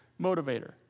motivator